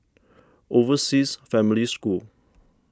Overseas Family School